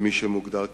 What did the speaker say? ומי שמוגדר כקשיש,